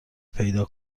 پیدا